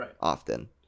Often